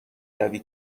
روی